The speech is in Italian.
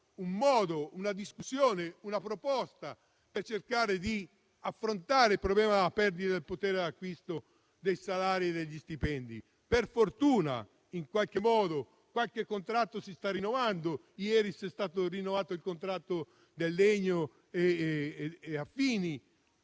non avete avanzato una proposta per cercare di affrontare il problema della perdita del potere d'acquisto dei salari. Per fortuna, in qualche modo, qualche contratto si sta rinnovando. Ieri è stato rinnovato il contratto del legno e affini,